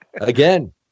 again